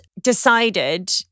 decided